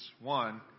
One